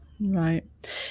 Right